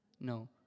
No